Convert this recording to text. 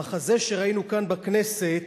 המחזה שראינו כאן בכנסת